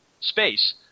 space